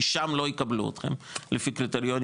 כי שם לא יקבלו אתכם לפי הקריטריונים